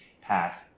path